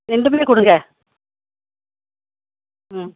ரெண்டுமே கொடுங்க ம்